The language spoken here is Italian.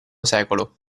secolo